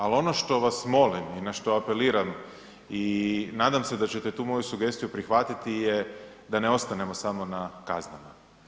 Ali ono što vas molim i na što apeliram i nadam se da ćete tu moju sugestiju prihvatiti da ne ostanemo samo na kaznama.